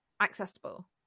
accessible